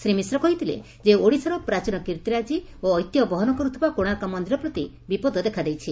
ଶ୍ରୀ ମିଶ୍ର କହିଥିଲେ ଯେ ଓଡ଼ିଶାର ପ୍ରାଚୀନ କୀର୍ତିରାଜି ଓ ଐତିହ୍ୟ ବହନ କରୁଥିବା କୋଶାର୍କ ମନ୍ନିର ପ୍ରତି ବିପଦ ଦେଖାଦେଇଛି